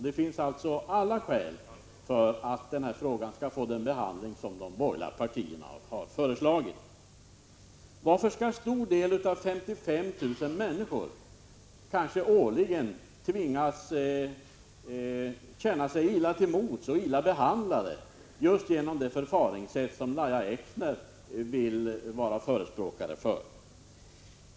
Det finns alltså alla skäl att behandla frågan på det sätt som de borgerliga partierna har föreslagit. Varför skall en stor del av en grupp om 55 000 personer kanske årligen tvingas känna sig illa till mods och illa behandlade just på grund av det förfaringsätt som Lahja Exner här förespråkade?